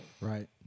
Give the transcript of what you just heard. right